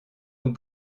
nous